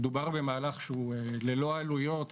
מדובר במהלך שהוא ללא עלויות.